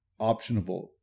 optionable